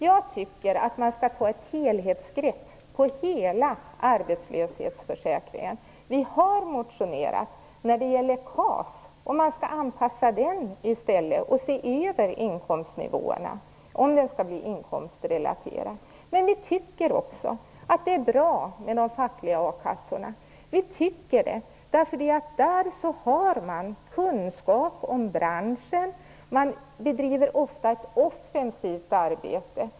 Jag tycker att man skall ta ett helhetsgrepp på hela arbetslöshetsförsäkringen. Vi har motionerat när det gäller KAS. Vi anser att man i stället skall anpassa KAS och se över inkomstnivåerna, om systemet skall bli inkomstrelaterat. Dessutom tycker vi att det är bra med de fackliga a-kassorna. Där har man kunskap om branschen. Man bedriver ofta ett offensivt arbete.